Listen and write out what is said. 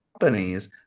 companies